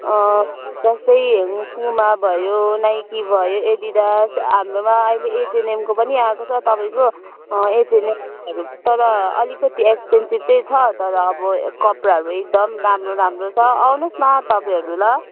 जस्तै पुमा भयो नाइकी भयो एडिडास हाम्रोमा अहिले एचएनएमको पनि आएको छ तपाईँको एचएनएमहरू तर अलिकति एक्सपेन्सिभ चाहिँ छ तर अब कपडाहरू एकदम राम्रो राम्रो छ आउनुहोस् न तपाईँहरू ल